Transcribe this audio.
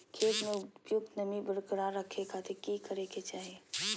खेत में उपयुक्त नमी बरकरार रखे खातिर की करे के चाही?